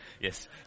yes